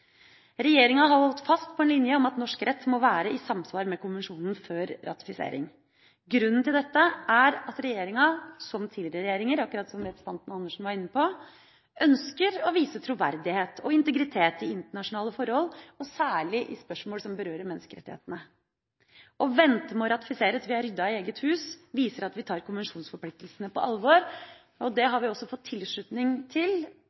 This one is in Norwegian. Regjeringa har holdt fast på en linje om at norsk rett må være i samsvar med konvensjonen før ratifisering. Grunnen til dette er at regjeringa – som tidligere regjeringer, akkurat som representanten Andersen var inne på – ønsker å vise troverdighet og integritet i internasjonale forhold, og særlig i spørsmål som berører menneskerettighetene. Å vente med å ratifisere til vi har ryddet i eget hus, viser at vi tar konvensjonsforpliktelsene på alvor. Det har vi også fått tilslutning til